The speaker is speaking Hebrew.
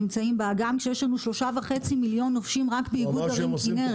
כשיש לנו 3.5 מיליון נופשים רק באיגוד ערים כנרת.